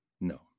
no